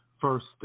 first